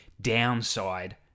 downside